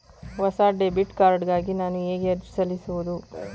ಹೊಸ debit card ಗಾಗಿ ನಾನು ಹೇಗೆ ಅರ್ಜಿ ಸಲ್ಲಿಸುವುದು?